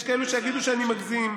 יש כאלה שיגידו שאני מגזים,